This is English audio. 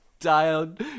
dialed